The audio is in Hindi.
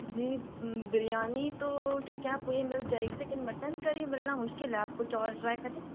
जी बिरयानी तो ठीक है आपको ये मिल जाएगी लेकिन मटन करी मिलना मुश्किल है आप कुछ और ट्राई कर लें